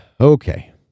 okay